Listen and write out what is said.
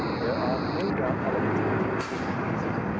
there are no doubt elements of technical treason,